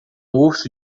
urso